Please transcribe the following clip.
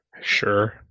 Sure